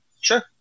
sure